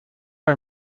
bei